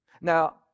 Now